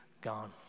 gone